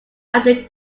after